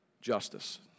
justice